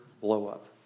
blow-up